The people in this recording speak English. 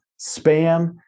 spam